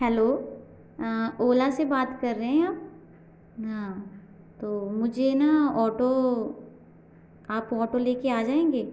hello अ ओला से बात कर रहे हैं आप हाँ तो मुझे ना ऑटो आपको ऑटो ले के आ जाएंगे